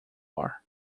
are